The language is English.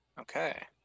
Okay